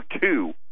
two